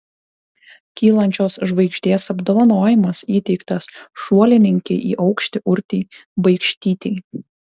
kylančios žvaigždės apdovanojimas įteiktas šuolininkei į aukštį urtei baikštytei